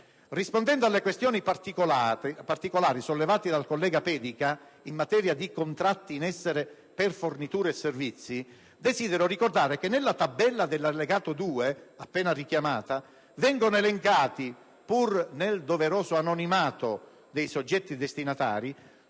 Rispondendo alle questioni particolari sollevate dal collega Pedica in materia di contratti in essere per forniture e servizi, desidero ricordare che nella tabella dell'allegato n. 2, appena richiamata, vengono elencati, pur nel doveroso anonimato dei soggetti destinatari,